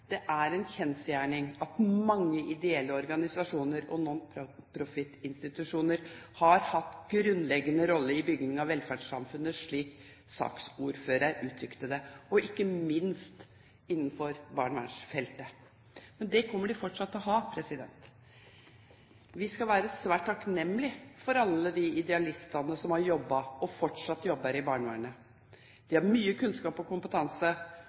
Det er en kjensgjerning at mange ideelle organisasjoner og nonprofitinstitusjoner har hatt en grunnleggende rolle i bygging av velferdssamfunnet, slik saksordføreren uttrykte det, ikke minst innenfor barnevernsfeltet. Men det kommer de fortsatt til å ha. Vi skal være svært takknemlige for alle de idealistene som har jobbet, og fortsatt jobber, i barnevernet. De har mye kunnskap og kompetanse,